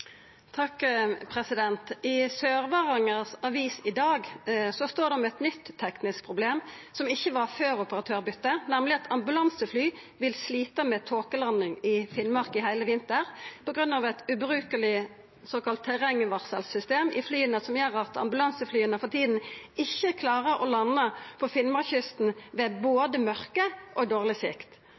I Sør-Varanger Avis i dag står det om eit nytt teknisk problem som ikkje var der før operatørbytet, nemleg at ambulansefly vil slite med tåkelanding i Finnmark i heile vinter på grunn av eit ubrukeleg såkalla terrengvarselsystem i flya, som gjer at ambulanseflya for tida ikkje klarer å lande på Finnmarkskysten ved både mørke og dårleg sikt.